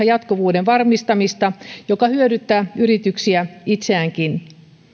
jatkuvuuden varmistamista joka hyödyttää yrityksiä itseäänkin